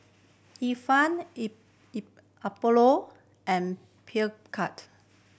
Ifan Apollo and